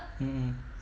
mm